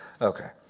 Okay